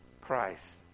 Christ